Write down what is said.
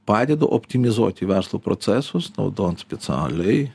padedu optimizuoti verslo procesus naudojant specialiai